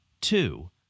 Two